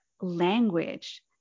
language